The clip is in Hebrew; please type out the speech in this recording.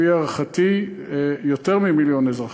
לפי הערכתי, יותר ממיליון אזרחים,